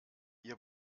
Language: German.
ihr